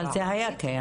אבל זה היה קיים.